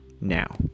Now